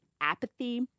apathy